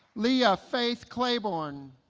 leah faith claborn